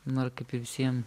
na ir kaip ir visiem